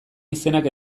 izenak